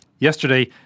Yesterday